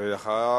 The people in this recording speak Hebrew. ואחריו,